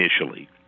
initially